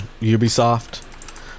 Ubisoft